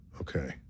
Okay